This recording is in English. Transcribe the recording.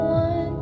one